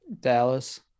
Dallas